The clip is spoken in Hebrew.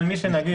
אבל מי שנגיד,